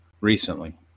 recently